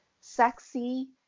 sexy